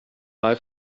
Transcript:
mal